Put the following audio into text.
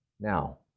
Now